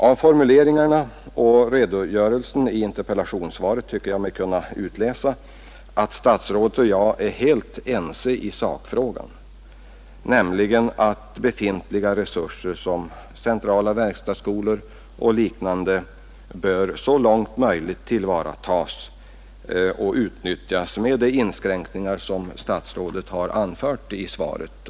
Av formuleringarna och av vad som meddelas i interpellationssvaret tycker jag mig kunna utläsa att statsrådet och jag är helt ense i sakfrågan, nämligen om att befintliga lokalresurser, som centrala verkstadsskolor och liknande, så långt möjligt bör tillvaratas och utnyttjas med de inskränkningar som statsrådet har anfört i svaret.